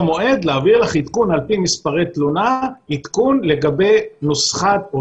מועד להעביר לך עדכון על פי מספרי תלונה לגבי נוסחה או